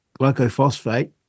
glycophosphate